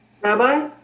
Rabbi